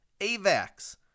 AVAX